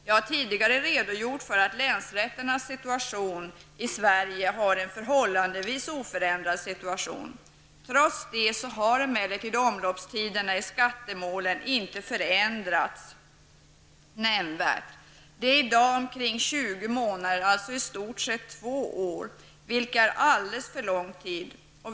Jag har tidigare redogjort för att länsrätternas situation i Sverige är förhållandevis oförändrad. Trots detta har emellertid omloppstiden i skattemål inte förändrats nämnvärt. Den är i dag omkring 20 månader, alltså i stort sett två år, vilket är alldeles för lång tid.